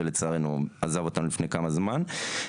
שלצערנו עזב אותנו לפני כמה זמן.